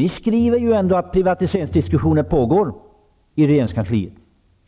Ni skriver ju att privatiseringsdiskussioner pågår i regeringskansliet